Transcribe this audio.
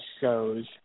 shows